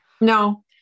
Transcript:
No